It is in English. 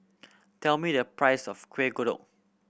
tell me the price of Kuih Kodok